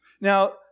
Now